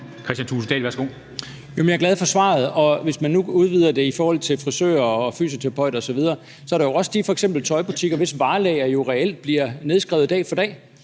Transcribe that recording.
Kristian Thulesen Dahl (DF): Jeg er glad for svaret. Og hvis man nu udvider det i forhold til frisører og fysioterapeuter osv., er der f.eks. også de tøjbutikker, hvis varelager jo reelt bliver nedskrevet dag for dag,